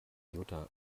jutta